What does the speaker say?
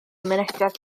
mynediad